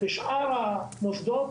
אלו שתי מועצות אצלך